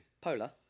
Polar